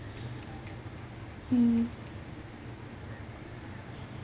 mm